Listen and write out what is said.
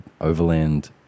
overland